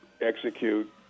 execute